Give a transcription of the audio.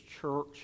church